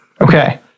Okay